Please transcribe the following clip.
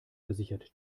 versichert